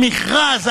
המכרז,